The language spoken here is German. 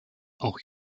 auch